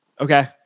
Okay